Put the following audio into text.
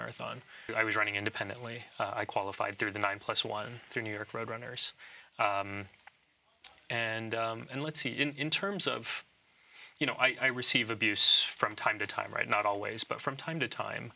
marathon i was running independently i qualified through the nine plus one through new york road runners and and let's see in terms of you know i receive abuse from time to time right not always but from time to time